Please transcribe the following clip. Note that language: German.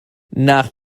nach